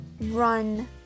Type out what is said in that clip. run